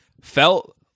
felt